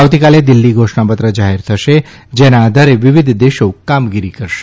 આવતીકાલે દિલ્હી ઘોષણાપત્ર જાહેર થશે જેના આધારે વિવિધ દેશો કામગીરી કરશે